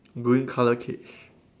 green colour cage